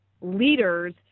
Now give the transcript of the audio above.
leaders